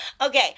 Okay